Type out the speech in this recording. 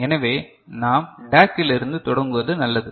எனவே நாம் DAC இலிருந்து தொடங்குவது நல்லது